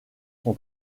son